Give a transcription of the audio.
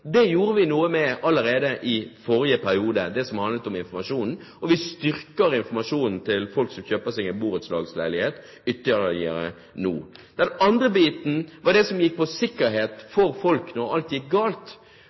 informasjon, gjorde vi noe med allerede i forrige periode, og vi styrker informasjonen til folk som kjøper seg borettslagsleilighet, ytterligere nå. Den andre biten var det som gikk på sikkerhet for folk når alt gikk galt.